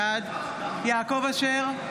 בעד יעקב אשר,